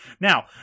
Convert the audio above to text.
Now